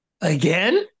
Again